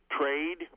trade